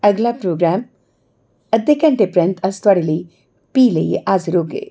अगला प्रोग्राम अद्धे घैंटे परैंत अस थुआढ़े लेई भी लेइयै हाज़र होगे